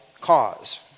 cause